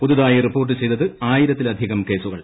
പുതുതായി റിപ്പോർട്ട് ചെയ്തത് ആയിര്ത്തിലധികം കേസുകൾ